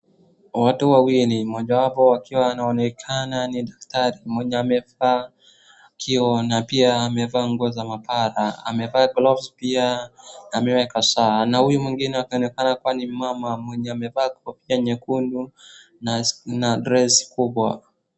Watu wawili mojawapo akiwa anaonekana ni daktari mwenye amevaa kioo na pia amevaa nguo za maabara, amevaa gloves pia ameweka saa. Na huyu mwingine akionekana kuwa ni mmama mwenye amevaa kofia nyekundu na dress kubwa.